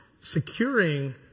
securing